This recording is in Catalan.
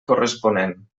corresponent